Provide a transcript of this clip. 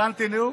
הכנתי נאום.